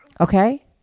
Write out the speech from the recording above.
Okay